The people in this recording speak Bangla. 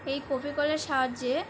এই কপিকলের সাহায্যে